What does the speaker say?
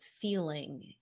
feeling